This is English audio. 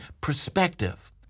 perspective